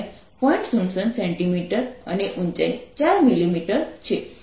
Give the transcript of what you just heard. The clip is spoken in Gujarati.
67 cm અને ઊંચાઈ 4 mm છે